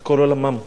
כל עולמם.